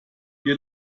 ihr